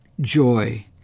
joy